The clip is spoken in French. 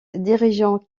dirigeant